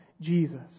Jesus